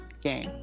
game